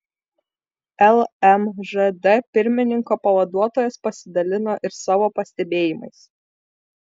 lmžd pirmininko pavaduotojas pasidalino ir savo pastebėjimais